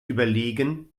überlegen